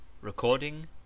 Recording